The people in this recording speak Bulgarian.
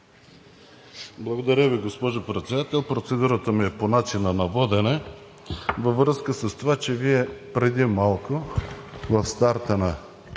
Благодаря Ви, госпожо Председател. Процедурата ми е по начина на водене във връзка с това, че Вие преди малко в старта на